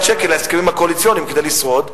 שקל להסכמים הקואליציוניים כדי לשרוד.